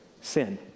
Sin